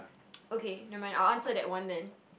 okay never mind I will answer that one then